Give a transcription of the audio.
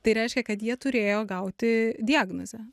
tai reiškia kad jie turėjo gauti diagnozę